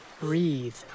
Breathe